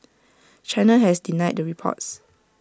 China has denied the reports